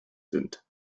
sind